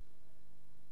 לתוצאות: